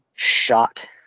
shot